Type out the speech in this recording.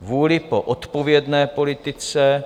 Vůli po odpovědné politice.